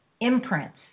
imprints